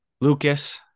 lucas